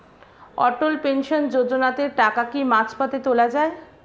অটল pension যোজনাতে টাকা কি মাঝপথে তোলা যায়?